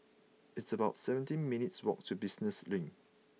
it's about seventeen minutes' walk to Business Link